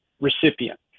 recipient